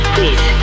Please